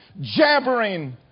jabbering